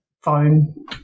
phone